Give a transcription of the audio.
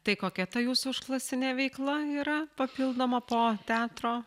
tai kokia ta jūsų užklasinė veikla yra papildoma po teatro